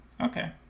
Okay